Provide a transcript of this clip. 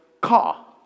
car